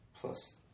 plus